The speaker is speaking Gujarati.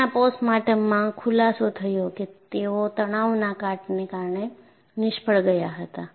આનાપોસ્ટમોર્ટમમાં ખુલાસો થયો કે તેઓ તાણના કાટને કારણે નિષ્ફળ ગયા હતા